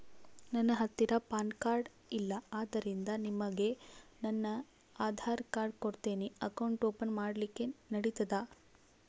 ನನ್ನ ಹತ್ತಿರ PAN card ಇಲ್ಲ ಆದ್ದರಿಂದ ನಿಮಗೆ ನನ್ನ ಆಧಾರ್ ಕಾರ್ಡ್ ಕೊಡ್ತೇನಿ ಅಕೌಂಟ್ ಓಪನ್ ಮಾಡ್ಲಿಕ್ಕೆ ನಡಿತದಾ?